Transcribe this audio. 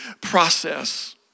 process